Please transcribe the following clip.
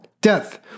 Death